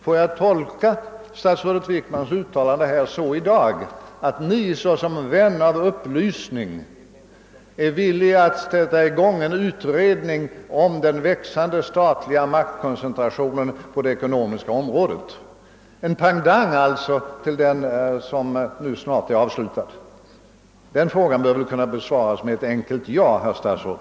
Får jag tolka herr Wickmans uttalande i dag så, att Ni såsom vän av upplysning är villig att sätta i gång en utredning om den växande statliga maktkoncentrationen på det ekonomiska området, en pendang alltså till den som snart är avslutad? Den frågan bör väl kunna besvaras med ett enkelt ja, herr statsråd.